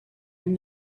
and